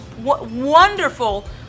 wonderful